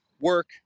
work